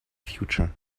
future